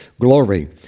Glory